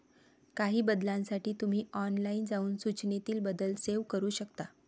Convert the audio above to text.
काही बदलांसाठी तुम्ही ऑनलाइन जाऊन सूचनेतील बदल सेव्ह करू शकता